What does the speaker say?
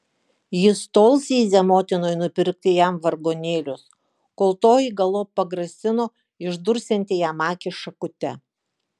jis tol zyzė motinai nupirkti jam vargonėlius kol toji galop pagrasino išdursianti jam akį šakute